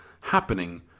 happening